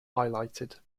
highlighted